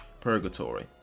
purgatory